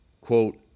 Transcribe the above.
quote